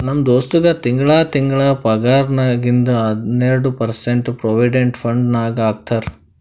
ನಮ್ ದೋಸ್ತಗ್ ತಿಂಗಳಾ ತಿಂಗಳಾ ಪಗಾರ್ನಾಗಿಂದ್ ಹನ್ನೆರ್ಡ ಪರ್ಸೆಂಟ್ ಪ್ರೊವಿಡೆಂಟ್ ಫಂಡ್ ನಾಗ್ ಹಾಕ್ತಾರ್